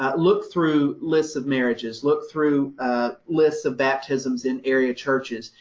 ah look through lists of marriages, look through lists of baptisms in area churches.